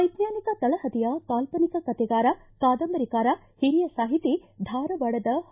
ವೈಜ್ಞಾನಿಕ ತಳಹದಿಯ ಕಾಲ್ಪನಿಕ ಕತೆಗಾರ ಕಾದಂಬರಿಕಾರ ಹಿರಿಯ ಸಾಹಿತಿ ಧಾರವಾಡದ ಹ